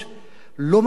לא מצליח להבין: